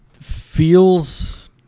feels